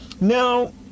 Now